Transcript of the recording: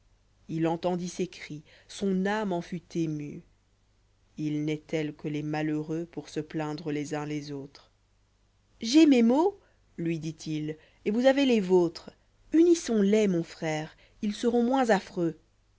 il entendit ses cris son âme en fut émue il n'est tels que les malheureux pour se plaindre les uns les autres j'ai mes maux lui dit-il et vous avez les vôtres unissons les mon frère ils seront moins affreux